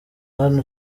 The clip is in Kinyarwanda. hano